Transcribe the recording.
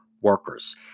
workers